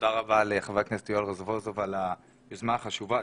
תודה רבה לחבר הכנסת יואל רזבוזוב על היוזמה החשובה.